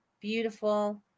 beautiful